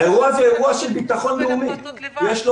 האירוע הזה הוא אירוע של ביטחון לאומי ויש לו